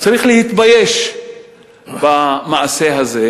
צריך להתבייש במעשה הזה.